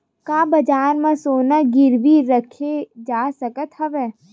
का बजार म सोना गिरवी रखे जा सकत हवय?